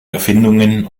erfindungen